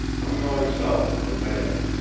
i'm going south with the mail.